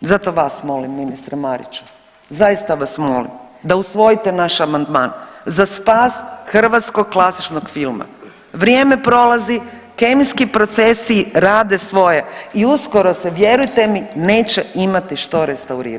zato vas molim ministre Mariću, zaista vas molim da usvojite naš amandman za spas hrvatskog klasičnog filma, vrijeme prolazi, kemijski procesi rade svoje i uskoro se vjerujte mi neće imati što restaurirati.